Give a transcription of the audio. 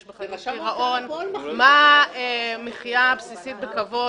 בו מחשבון שאומר מה המחייה הבסיסית בכבוד.